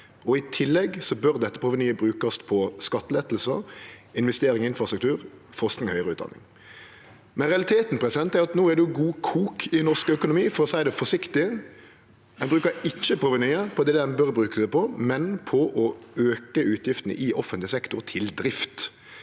I tillegg bør dette provenyet verte brukt på skattelette, investering i infrastruktur, forsking og høgare utdanning. Realiteten er at no er det god kok i norsk økonomi for å seie det forsiktig. Ein bruker ikkje provenyet på det ein burde bruke det på, men heller på å auke utgiftene i offentleg sektor til drift.